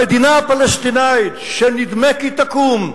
המדינה הפלסטינית שנדמה כי תקום,